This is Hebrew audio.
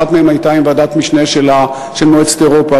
אחת מהן הייתה עם ועדת משנה של מועצת אירופה,